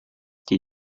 did